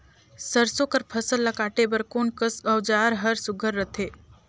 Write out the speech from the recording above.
सरसो कर फसल ला काटे बर कोन कस औजार हर सुघ्घर रथे?